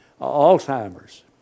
Alzheimer's